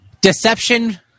Deception